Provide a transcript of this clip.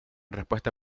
respuesta